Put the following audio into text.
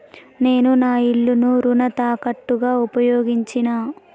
నేను నా ఇల్లును రుణ తాకట్టుగా ఉపయోగించినా